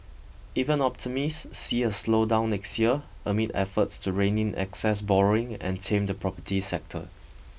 even optimist see a slowdown next year amid efforts to rein in excess borrowing and tame the property sector